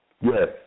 Yes